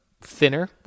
thinner